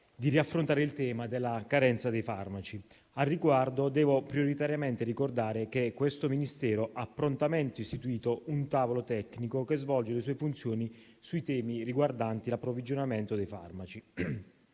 di riaffrontare il tema della carenza dei farmaci. Al riguardo, devo prioritariamente ricordare che questo Ministero ha prontamente istituito un tavolo tecnico che svolge le sue funzioni sui temi riguardanti l'approvvigionamento dei farmaci.